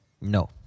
No